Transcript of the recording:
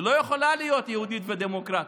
היא לא יכולה להיות יהודית ודמוקרטית,